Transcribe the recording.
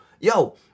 yo